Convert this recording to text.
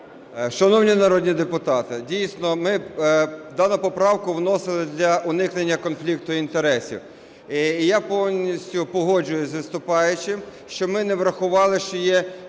Шановні народні депутати, дійсно, ми дану поправку вносили для уникнення конфлікту інтересів. І я повністю погоджуюся з виступаючим, що ми не врахували, що є